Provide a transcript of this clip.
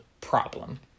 problem